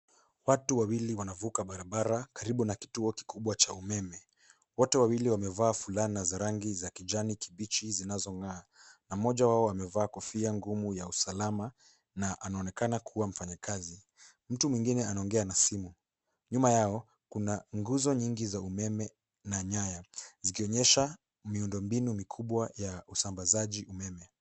Watu wawili wanavuka barabara karibu na kituo kikubwa cha umeme. Wote wawili wamevaa fulana za rangi za kijani kibichi zinazong'aa na mmoja wao amevaa kofia ngumu ya usalama na anaonekana kuwa mfanyakazi. Mtu mwingine anaongea na simu. Nyuma yao kuna nguzo nyingi za umeme na nyaya zikionyesha miundombinu mikubwa ya usambazaji umeme.